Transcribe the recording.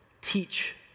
teach